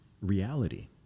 reality